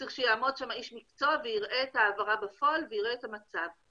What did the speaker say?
ברור שיעמוד שם איש מקצוע ויראה את ההעברה בפועל ויראה את המצב.